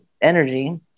energy